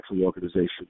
organizations